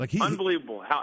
Unbelievable